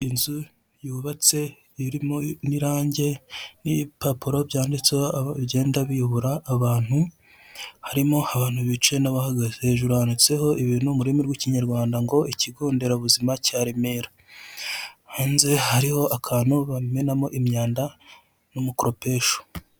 Inzu yubatse irimo n'irangi n'ibipapuro byanditseho aho bigenda biyobora abantu, harimo abantu bicaye n'abahagaze hejuru yanditseho ibintu mu rurimi rw'ikinyarwanda, ngo ikigonderabuzima cya Remera, hanze hariho akantu bamenamo imyanda n'umukoropesho.